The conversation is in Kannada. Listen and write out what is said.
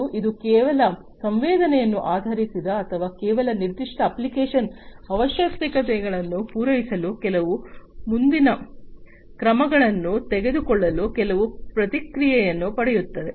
ಮತ್ತು ಇದು ಕೆಲವು ಸಂವೇದನೆಯನ್ನು ಆಧರಿಸಿದೆ ಅಥವಾ ಕೆಲವು ನಿರ್ದಿಷ್ಟ ಅಪ್ಲಿಕೇಶನ್ ಅವಶ್ಯಕತೆಗಳನ್ನು ಪೂರೈಸಲು ಕೆಲವು ಮುಂದಿನ ಕ್ರಮಗಳನ್ನು ತೆಗೆದುಕೊಳ್ಳಲು ಕೆಲವು ಪ್ರತಿಕ್ರಿಯೆಯನ್ನು ಪಡೆಯುತ್ತದೆ